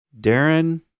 Darren